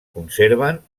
conserven